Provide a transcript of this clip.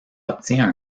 obtient